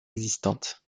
existantes